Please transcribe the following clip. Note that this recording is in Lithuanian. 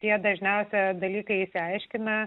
jie dažniausią dalyką išsiaiškina